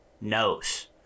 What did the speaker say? knows